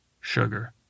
sugar